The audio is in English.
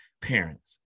parents